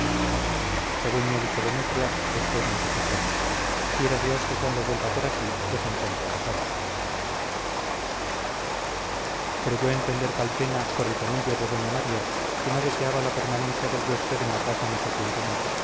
según me ha dicho demetria usted nos deja pronto quiera dios que cuando vuelva por aquí les encuentre casados creyó entender calpena por el tonillo de doña maría que no deseaba la permanencia del huésped en la casa mucho tiempo más